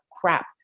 crap